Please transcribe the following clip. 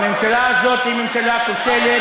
הממשלה הזאת היא ממשלה כושלת.